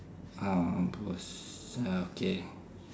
ah mampus uh okay